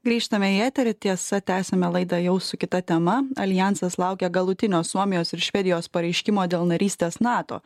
grįžtame į eterį tiesa tęsiame laidą jau su kita tema aljansas laukia galutinio suomijos ir švedijos pareiškimo dėl narystės nato